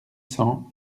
cents